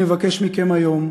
אני מבקש מכם היום: